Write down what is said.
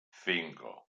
cinco